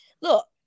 Look